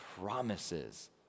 promises